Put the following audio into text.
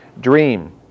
dream